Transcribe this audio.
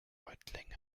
reutlingen